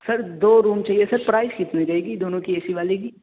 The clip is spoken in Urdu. سر دو روم چاہیے سر پرائز کتنی رہے گی دونوں کی اے سی والے کی